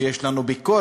שיש לנו ביקורת